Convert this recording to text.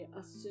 assume